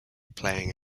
playing